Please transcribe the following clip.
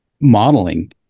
modeling